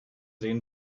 sehen